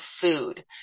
food